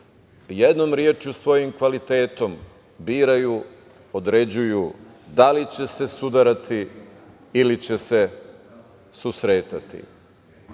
jednom rečju, svojim kvalitetom biraju, određuju da li će se sudarati ili će se susretati.